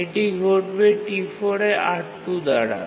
এটি ঘটবে T4 এ R2 দ্বারা